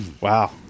Wow